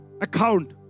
account